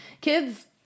kids